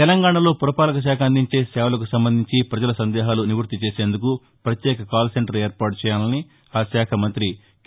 తెలంగాణలో పురపాలక శాఖ అందించే సేవలకు సంబంధించి పజల సందేహాలు నివ్వత్తి చేసేందుకు ప్రత్యేక కాల్సెంటర్ ఏర్పాటు చేయాలని ఆ శాఖ మంతి కె